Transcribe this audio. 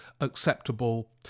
acceptable